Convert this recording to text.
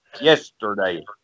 Yesterday